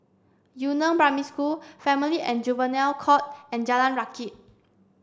Yu Neng Primary School Family and Juvenile Court and Jalan Rakit